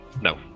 No